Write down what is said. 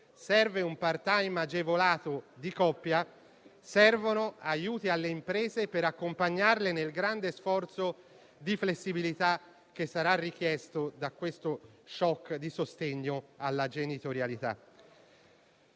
serve un *part time* agevolato di coppia, servono aiuti alle imprese per accompagnarle nel grande sforzo di flessibilità che sarà richiesto da questo *shock* di sostegno alla genitorialità.